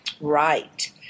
right